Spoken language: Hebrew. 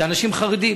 זה אנשים חרדים,